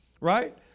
right